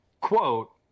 quote